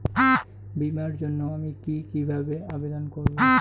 বিমার জন্য আমি কি কিভাবে আবেদন করব?